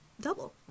double